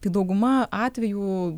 tai dauguma atvejų